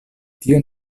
tion